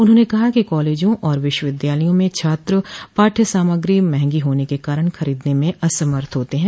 उन्होंने कहा कि कॉलेजों और विश्वविद्यालयों में छात्र पाठ्य सामग्री महगी होने के कारण खरीदने में असमर्थ होते हैं